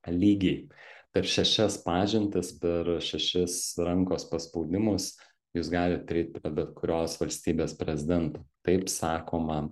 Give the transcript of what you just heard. lygiai per šešias pažintis per šešis rankos paspaudimus jūs galit prieit prie bet kurios valstybės prezidento taip sakoma